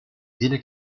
tiene